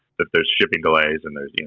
that there's shipping delays and there's, you know